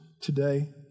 today